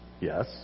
Yes